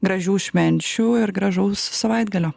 gražių švenčių ir gražaus savaitgalio